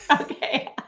Okay